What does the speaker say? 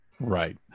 right